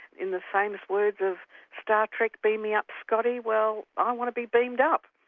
in the famous words of star trek beam me up scotty, well i want to be beamed up.